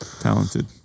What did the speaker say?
talented